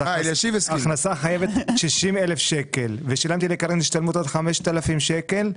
אז ההכנסה החייבת 60,000 ושילמתי לקרן השתלמות עוד 5,000 שקל,